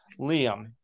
liam